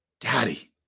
Daddy